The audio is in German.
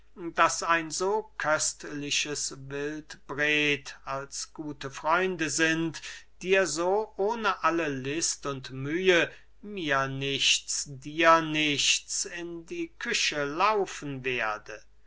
daß ein so köstliches wildbret als gute freunde sind dir so ohne alle list und mühe mir nichts dir nichts in die küche laufen werde